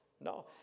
No